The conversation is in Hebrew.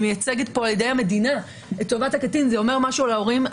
מייצגת כאן את טובת הקטין זה אומר משהו משהו על ההורים.